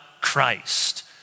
Christ